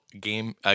game